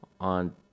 on